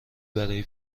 برای